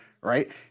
right